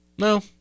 No